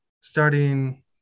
starting